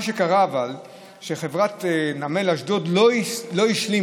מה שקרה הוא שחברת נמל אשדוד לא השלימה